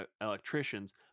electricians